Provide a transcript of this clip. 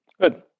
good